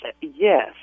Yes